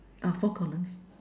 ah four corners